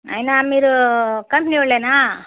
నాయినా మీరూ కంపెనీ ఓళ్ళేనా